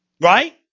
Right